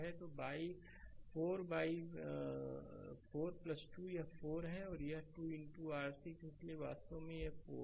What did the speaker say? तो 4 बाइ 4 2 यह 4 है और यह 2 r6 है इसलिए यह वास्तव में 4 है